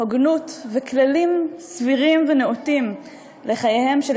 הוגנות וכללים סבירים ונאותים לחייהם של